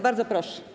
Bardzo proszę.